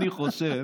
אני חושב